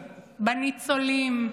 בניצולים,